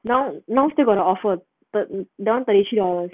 now now still got the offer but down thirty three dollars